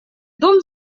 дом